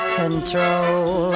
control